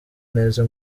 neza